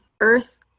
Earth